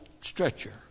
stretcher